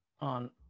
on